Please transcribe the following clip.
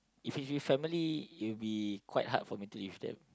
if it's with family it'll be quite hard for me to eat with them